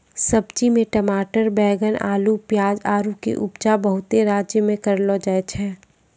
सब्जी मे टमाटर बैगन अल्लू पियाज आरु के उपजा बहुते राज्य मे करलो जाय छै